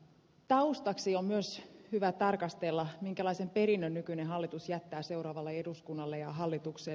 taustaksi on myös hyvä tarkastella minkälaisen perinnön nykyinen hallitus jättää seuraavalle eduskunnalle ja hallituksen